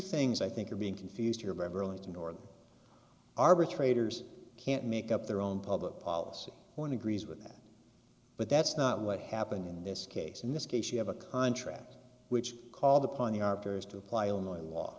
things i think are being confused here beverly to north arbitrators can't make up their own public policy when agrees with that but that's not what happened in this case in this case you have a contract which called upon the arbiter is to apply only